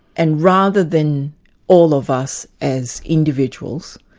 and rather than all of us as individuals,